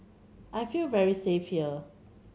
I feel very safe here